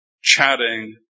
chatting